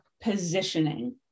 positioning